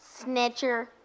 Snitcher